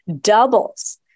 doubles